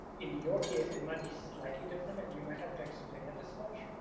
in your case, it might be slightly different and you might have to explain it as such,